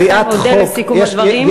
לכן אודה על סיכום הדברים.